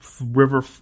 river